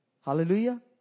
Hallelujah